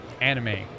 anime